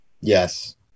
Yes